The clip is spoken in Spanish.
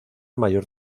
mayor